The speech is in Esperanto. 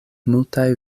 multaj